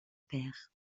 père